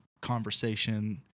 conversation